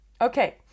Okay